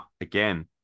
again